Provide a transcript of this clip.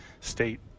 State